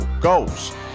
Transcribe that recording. goals